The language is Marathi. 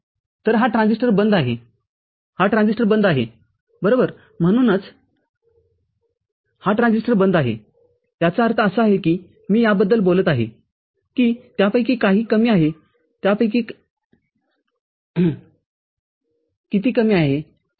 तर हा ट्रान्झिस्टर बंद आहे हा ट्रान्झिस्टर बंद आहे बरोबर म्हणूनच हा ट्रान्झिस्टर बंद आहे याचा अर्थ असा आहे की मी याबद्दल बोलत आहे कि त्यापैकी काही कमी आहे त्यापैकी कमी आहे ठीक आहे